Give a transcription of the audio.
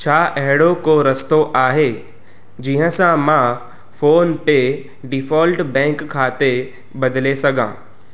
छा अहिड़ो को रस्तो आहे जहिंसां मां फ़ोन पे डिफोल्ट बैंक खातो बदिले सघां